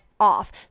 off